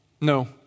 No